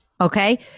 okay